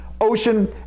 Ocean